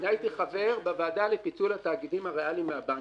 אני הייתי חבר בוועדה לפיצול התאגידים הריאליים מהבנקים.